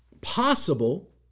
possible